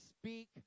Speak